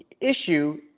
issue